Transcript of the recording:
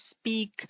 speak